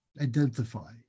identify